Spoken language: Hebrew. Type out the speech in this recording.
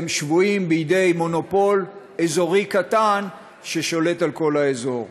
שבויים בידי מונופול אזורי קטן ששולט על כל האזור.